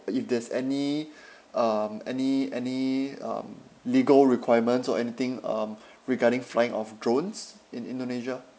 if there's any um any any um legal requirements or anything um regarding flying of drones in indonesia